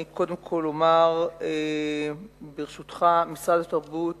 אני קודם כול אומר, ברשותך: משרד התרבות